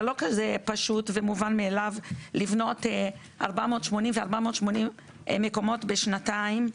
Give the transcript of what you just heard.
זה לא כזה פשוט ומובן מאליו לבנות 480 ו-480 מקומות בשנתיים.